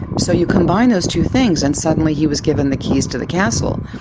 so you combine those two things and suddenly he was given the keys to the castle,